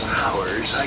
hours